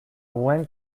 buen